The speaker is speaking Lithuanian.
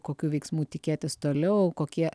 kokių veiksmų tikėtis toliau kokie